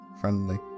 friendly